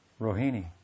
Rohini